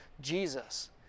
Jesus